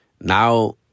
now